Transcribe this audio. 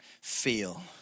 feel